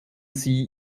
sie